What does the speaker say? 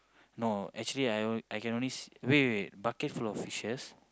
no actually I on~ I can only see wait wait wait bucket full of fishes